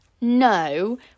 No